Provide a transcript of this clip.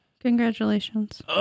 Congratulations